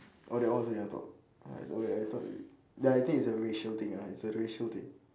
oh that one you also cannot talk ah okay ya I thought ya I think it's a racial thing ya it's a racial thing